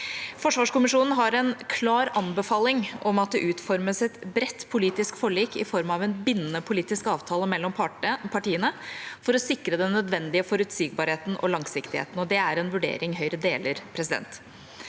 Forsvarskommisjonen har en klar anbefaling om at det utformes et bredt politisk forlik i form av en bindende politisk avtale mellom partiene for å sikre den nødvendige forutsigbarheten og langsiktigheten, og det er en vurdering Høyre deler.